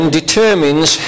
determines